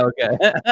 Okay